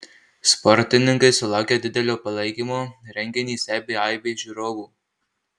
sportininkai sulaukia didelio palaikymo renginį stebi aibė žiūrovų